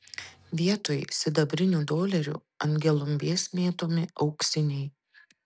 vietoj sidabrinių dolerių ant gelumbės mėtomi auksiniai